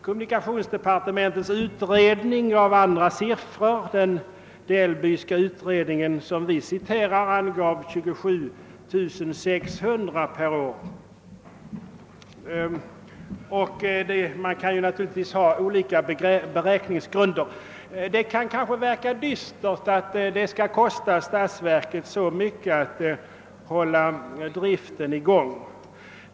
Kommunikationsdepartementets utredning angav andra siffror, och den DPelbyska utredningen, som vi citerar, angav 27600 kronor per år. Man kan naturligtvis tillämpa olika beräkningsgrunder. Det kan verka dystert att det skall kosta statsverket så mycket att hålla driften i gång.